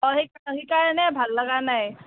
অঁ সেই সেইকাৰণে ভাল লাগা নাই